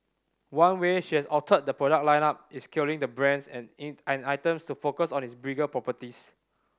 one way she has altered the product lineup is killing the brands and and items to focus on its bigger properties